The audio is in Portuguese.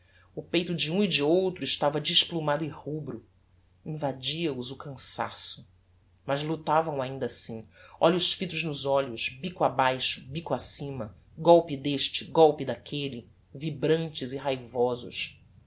o peito de um e de outro estava desplumado e rubro invadia os o cançasso mas lutavam ainda assim olhos fitos nos olhos bico abaixo bico acima golpe deste golpe daquelle vibrantes e raivosos